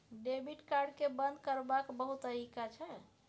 debit card केँ बंद करबाक बहुत तरीका छै